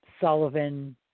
Sullivan